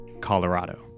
Colorado